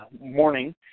morning